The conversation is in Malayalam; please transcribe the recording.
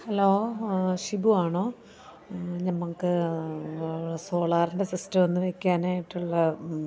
ഹലോ ഷിബുവാണോ ഞമ്മക്ക് സോളാറിൻ്റെ സിസ്റ്റമൊന്നു വെക്കാനായിട്ടുള്ള